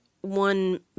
one